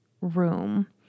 room